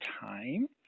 time